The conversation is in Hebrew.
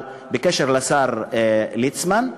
אבל בקשר לשר ליצמן,